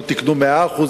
לא תיקנו 100%,